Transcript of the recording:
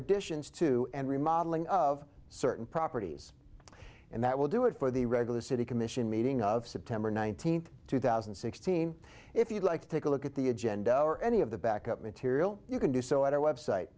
additions to and remodeling of certain properties and that will do it for the regular city commission meeting of september nineteenth two thousand and sixteen if you'd like to take a look at the agenda or any of the back up material you can do so at our website